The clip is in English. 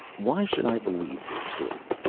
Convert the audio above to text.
why should i believe this story?